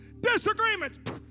Disagreements